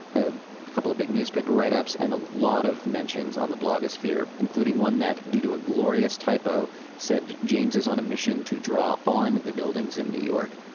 a couple of big newspaper write-ups and a lot of mentions on the blogosphere, including one that due to a glorious typo said james is on a mission to draw on the buildings in new york.